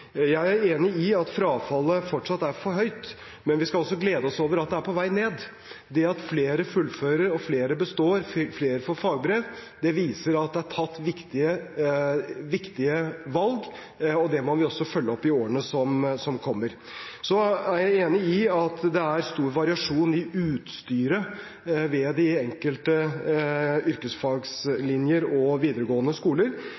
Jeg er enig i at frafallet fortsatt er for høyt, men vi skal også glede oss over at det er på vei ned. Det at flere fullfører, flere består og flere får fagbrev, viser at det er tatt viktige valg. Det må vi også følge opp i årene som kommer. Jeg er enig i at det er stor variasjon i utstyret ved de enkelte yrkesfaglinjer og videregående skoler.